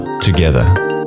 together